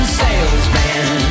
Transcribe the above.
salesman